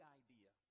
idea